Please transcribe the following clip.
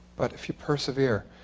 but if you persevere.